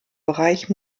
bereich